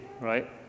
right